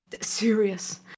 serious